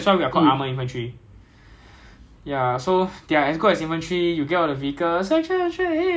and 就 like eh driver forward driver left driver right driver stop ah gunner ah 那种 lah ya